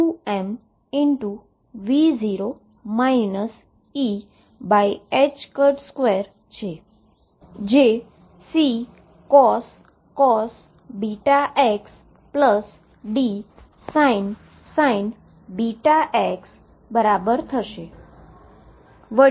જે C cos βx Dsin βx બરાબર થશે